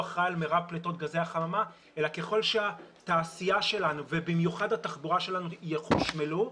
פליטות גזי החממה אלא ככל שהתעשייה שלנו ובמיוחד התחבורה שלנו יחושמלו,